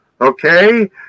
okay